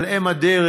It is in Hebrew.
על אם הדרך,